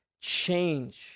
change